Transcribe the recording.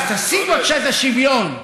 אז תשיג בבקשה את השוויון.